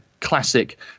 classic